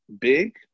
big